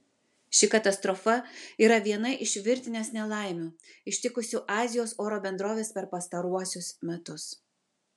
ši katastrofa yra viena iš virtinės nelaimių ištikusių azijos oro bendroves per pastaruosius metus